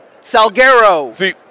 Salguero